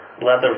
Leather